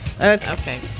Okay